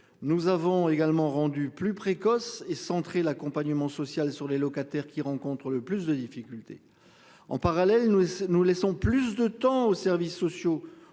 Nous avons également rendu plus précoce et centré l'accompagnement social sur les locataires qui rencontrent le plus de difficultés. En parallèle, nous nous laissons plus de temps aux services sociaux